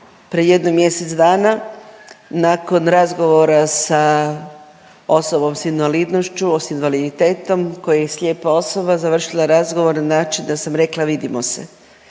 pre jedno mjesec dana nakon razgovora sa osobom s invalidnošću s invaliditetom koji je slijepa osoba završila razgovor na način da sam rekla vidimo se